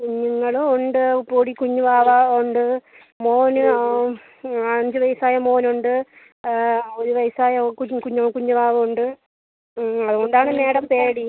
കുഞ്ഞുങ്ങളും ഉണ്ട് പൊടി കുഞ്ഞുവാവ ഉണ്ട് മോന് ആ ആ അഞ്ച് വയസ്സായ മോനുണ്ട് ഒരു വയസ്സ് ആയ കുഞ്ഞു കുഞ്ഞു കുഞ്ഞുവാവ ഉണ്ട് അതുകൊണ്ട് ആണ് മാഡം പേടി